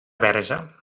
verge